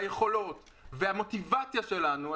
היכולות והמוטיבציה שלנו,